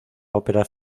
óperas